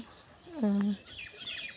ᱟᱨ